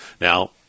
Now